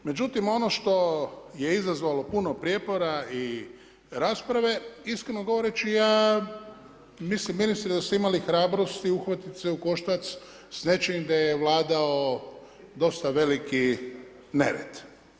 Međutim ono što je izazvalo puno prijepora i rasprave, iskreno govoreći ja mislim ministre da ste imali hrabrosti uhvatiti se u koštac s nečim gdje je vladao dosta veliki nered.